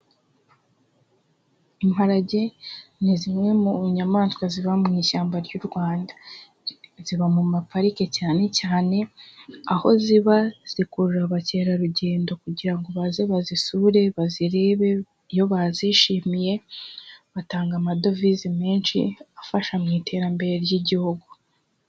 Imparage ni zimwe mu nyamaswa ziba mu ishyamba ry'u Rwanda. Ziba mu maparike cyane cyane aho ziba zikurura abakerarugendo kugira ngo baze bazisure bazirebe. Iyo bazishimiye batanga amadovize menshi afasha mu iterambere ry'igihugu.